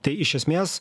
tai iš esmės